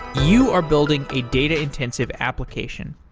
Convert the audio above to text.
you are building a data-intensive application.